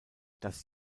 das